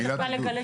מירב